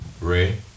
Ray